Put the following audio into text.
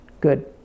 Good